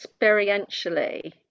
experientially